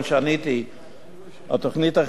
אם היית כאן כשעניתי,